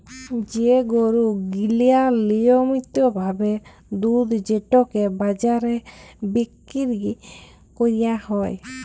যে গরু গিলা লিয়মিত ভাবে দুধ যেটকে বাজারে বিক্কিরি ক্যরা হ্যয়